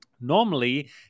normally